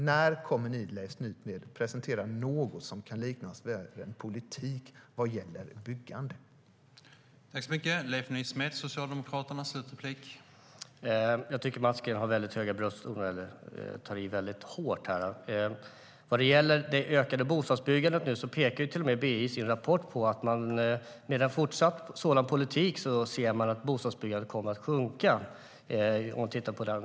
När kommer ni att presentera något som kan liknas vid en politik vad gäller byggandet, Leif Nysmed?